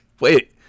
Wait